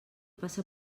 passa